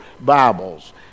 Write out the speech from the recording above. Bibles